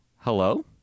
Hello